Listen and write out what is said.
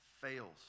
fails